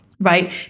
Right